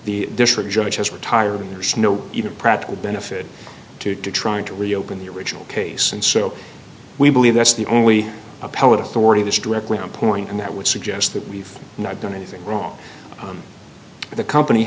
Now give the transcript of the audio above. the district judge has retired and there's no even practical benefit to trying to reopen the original case and so we believe that's the only appellate authority this directly on point and that would suggest that we've not done anything wrong the company